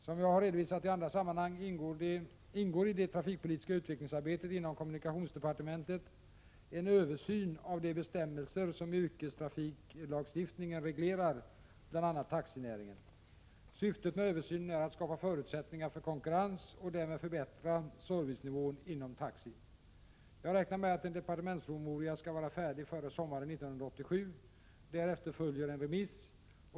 Som jag har redovisat i andra sammanhang ingår i det trafikpolitiska utvecklingsarbetet inom kommunikationsdepartementet en översyn av de bestämmelser som i yrkestrafiklagstiftningen reglerar bl.a. taxinäringen. 33 Syftet med översynen är att skapa förutsättningar för konkurrens och därmed förbättra servicenivån inom taxi. Jag räknar med att en departementspromemoria skall vara färdig före sommaren 1987. Därefter följer remiss.